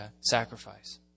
sacrifice